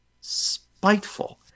spiteful